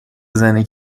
زنی